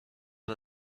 این